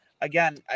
again